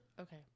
Okay